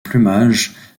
plumage